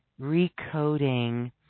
recoding